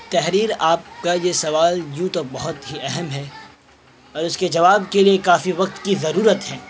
تحریر آپ کا یہ سوال یوں تو بہت ہی اہم ہے اور اس کے جواب کے لیے کافی وقت کی ضرورت ہے